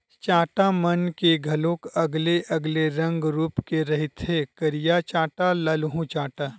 चाटा मन के घलोक अलगे अलगे रंग रुप के रहिथे करिया चाटा, ललहूँ चाटा